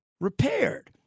repaired